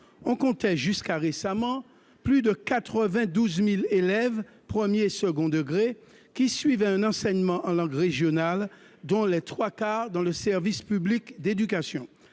On comptait jusqu'à récemment plus de 92 000 élèves des premier et second degrés qui suivaient un enseignement en langues régionales, dont les trois quarts dans le service public d'éducation.